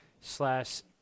slash